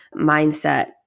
mindset